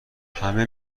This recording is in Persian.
همه